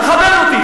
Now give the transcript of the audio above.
תכבד אותי.